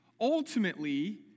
ultimately